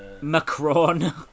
Macron